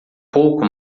pouco